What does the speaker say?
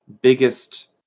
biggest